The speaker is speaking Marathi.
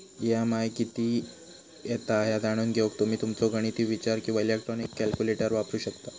ई.एम.आय किती येता ह्या जाणून घेऊक तुम्ही तुमचो गणिती विचार किंवा इलेक्ट्रॉनिक कॅल्क्युलेटर वापरू शकता